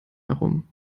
herum